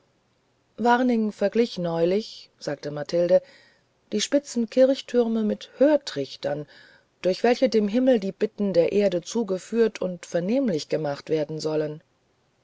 waring verglich neulich sagte mathilde die spitzen kirchtürme mit hörtrichtern durch welche dem himmel die bitten der erde zugeführt und vernehmlich gemacht werden sollen